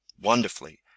wonderfully